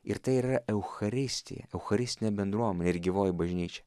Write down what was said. ir tai ir yra eucharistija eucharistinė bendruomenė ir gyvoji bažnyčia